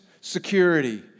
security